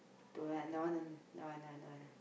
don't have don't want don't want don't want don't want ah